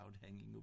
hanging